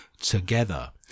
together